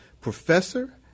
professor